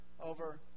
over